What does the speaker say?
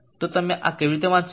તો તમે આ કેવી રીતે વાંચશો